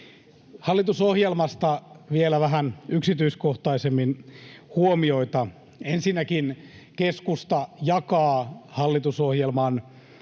Hallitusohjelmasta vielä vähän yksityiskohtaisemmin huomioita. Ensinnäkin keskusta jakaa hallitusohjelman